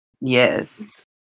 yes